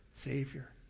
Savior